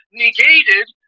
negated